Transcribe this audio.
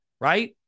right